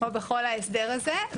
כמו בכל ההסדר הזה,